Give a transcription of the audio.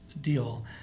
deal